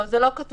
לא, זה לא כתוב.